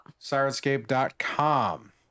sirenscape.com